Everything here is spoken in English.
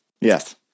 Yes